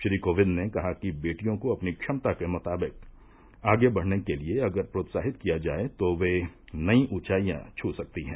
श्री कोविंद ने कहा कि बेटियों को अपनी क्षमता के मुताबिक आगे बढ़ने के लिए अगर प्रोत्साहित किया जाए तोवे नई ऊंचाईयां छू सकती हैं